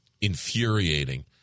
infuriating